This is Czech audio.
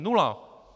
Nula.